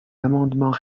amendement